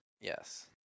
Yes